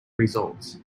results